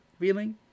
feeling